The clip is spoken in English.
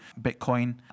Bitcoin